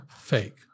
fake